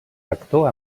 rector